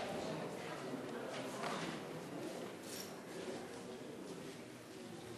שלוש